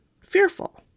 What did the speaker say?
fearful